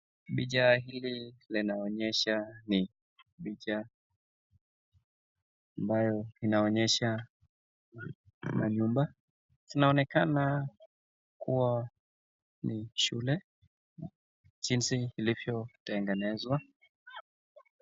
Picha hili linaonyesha ni picha ambayo inaonyesha manyumba, kunaonekana kuwa ni shule jinsi ilivyotengenezwa.